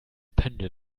pendel